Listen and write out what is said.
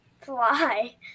fly